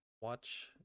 watch